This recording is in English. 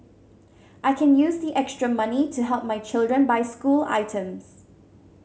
I can use the extra money to help my children buy school items